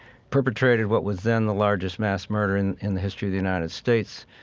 perpetrated what was then the largest mass murder in in the history of the united states,